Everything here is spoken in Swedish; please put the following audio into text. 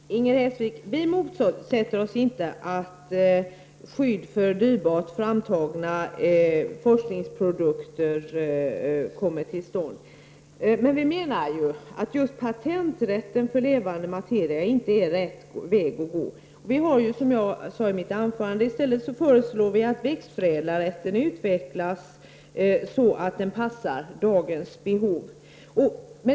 Herr talman! Inger Hestvik, vi motsätter oss inte att skydd för dyrbart framtagna forskningsprodukter kommer till stånd. Men vi menar att just att införa patenträtt för levande materia inte är rätt väg att gå. Som jag sade i mitt anförande föreslår vi i stället att växtförädlarrätten utvecklas så att den passar dagens behov.